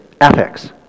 ethics